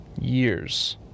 years